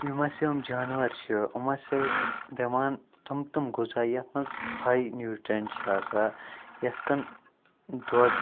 یِم ہَسا یِم جانوَر چھِ یِم ہَسا چھِ دِوان تِم تِم غذا یَتھ منٛز ہاے نیٛوٹرٛینٛٹ چھِ آسان یِتھ کٔنۍ دۄدھ